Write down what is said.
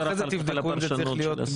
אחרי זה תבדקו אם זה צריך להיות.